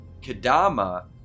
Kadama